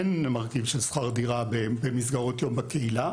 אין מרכיב של שכר דירה במסגרות יום בקהילה,